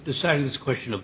decided this question of